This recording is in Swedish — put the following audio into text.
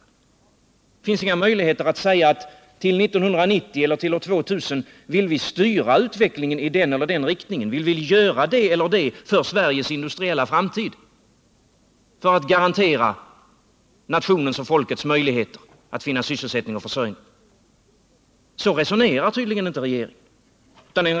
Det finns inga möjligheter att säga att vi till år 1990 eller år 2000 vill styra utvecklingen i den ena eller den andra riktningen, vi vill göra det eller det för Sveriges industriella framtid för att garantera nationens och folkets möjligheter att finna sysselsättning och försörjning. Så resonerar tydligen inte regeringen.